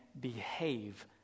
behave